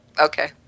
Okay